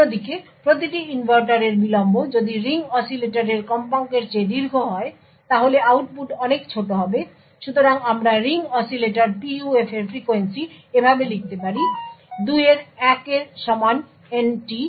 অন্যদিকে প্রতিটি ইনভার্টারের বিলম্ব যদি রিং অসিলেটরের কম্পাঙ্কের চেয়ে দীর্ঘ হয় তাহলে আউটপুট অনেক ছোট হবে সুতরাং আমরা আসলে রিং অসিলেটর PUF এর ফ্রিকোয়েন্সি এভাবে লিখতে পারি সুতরাং 2 এর 1 এর সমান n t